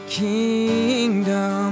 kingdom